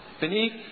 beneath